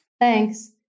Thanks